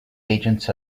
agents